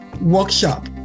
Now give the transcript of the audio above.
workshop